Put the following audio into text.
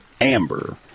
Amber